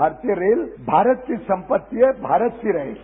भारतीय रेल भारत की संपत्ति है भारत की रहेगी